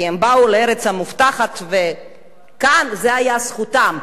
כי הם באו לארץ המובטחת וכאן זו היתה זכותם,